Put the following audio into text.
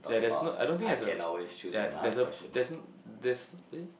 yeah there's no I don't think there's a yeah there's a there's no there's eh